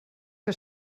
que